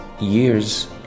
years